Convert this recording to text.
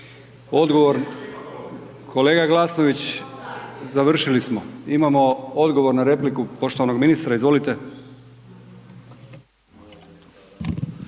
čuje./... Kolega Glasnović, završili smo, imamo odgovor na repliku poštovanog ministra, izvolite.